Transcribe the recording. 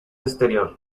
exterior